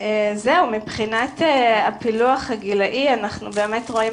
מבחינת הפילוח הגילאי אנחנו באמת רואים